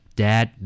dad